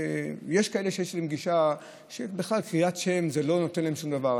יש כאלה שיש להם גישה שקריאת שם לא נותנת להם שום דבר.